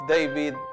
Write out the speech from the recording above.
David